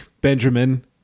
Benjamin